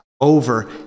Over